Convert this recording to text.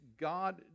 God